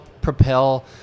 propel